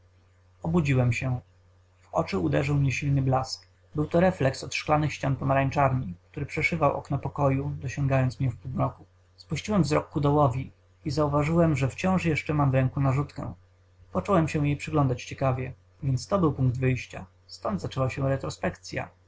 obudziłem się w oczy uderzył mnie silny blask był to refleks od szklanych ścian pomarańczarni który przeszywszy okno pokoju dosięgnął mnie w półmroku spuściłem wzrok ku dołowi i zauważyłem że wciąż jeszcze mam w ręku narzutkę począłem się jej przyglądać ciekawie więc to był punkt wyjścia stąd zaczęła się